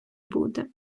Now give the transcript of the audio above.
буде